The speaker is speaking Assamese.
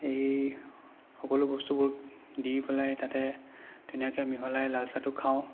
এই সকলো বস্তুবোৰ দি পেলাই তাতে ধুনীয়াকৈ মিহলাই লাল চাহটো খওঁ